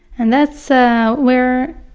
and that's so where,